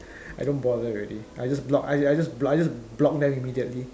I don't bother already I just block I just block I just block them immediately